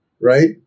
right